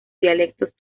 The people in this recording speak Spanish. dialectos